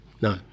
No